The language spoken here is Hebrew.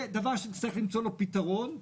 זה דבר שנצטרך למצוא לו פתרון,